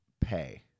pay